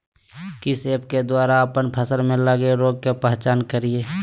किस ऐप्स के द्वारा अप्पन फसल में लगे रोग का पहचान करिय?